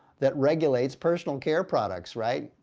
that regulates personal care products, right?